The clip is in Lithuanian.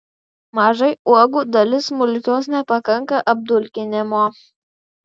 mažai uogų dalis smulkios nepakanka apdulkinimo